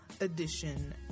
edition